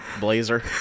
blazer